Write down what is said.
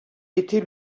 était